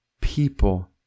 people